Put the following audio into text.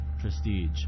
prestige